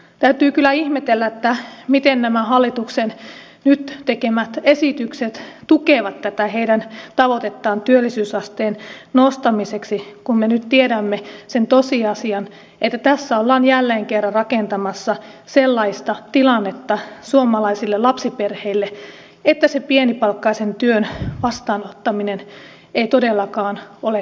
täytyy kyllä ihmetellä miten nämä hallituksen nyt tekemät esitykset tukevat tätä tavoitetta työllisyysasteen nostamiseksi kun me nyt tiedämme sen tosiasian että tässä ollaan jälleen kerran rakentamassa sellaista tilannetta suomalaisille lapsiperheille että se pienipalkkaisen työn vastaanottaminen ei todellakaan ole kannattavaa